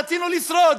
רצינו לשרוד.